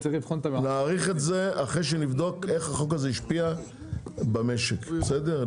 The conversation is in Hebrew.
נעריך את זה אחרי שנבדוק איך החוק הזה השפיע במשק בסדר?.